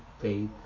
faith